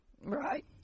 right